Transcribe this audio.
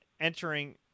entering